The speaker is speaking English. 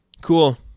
Cool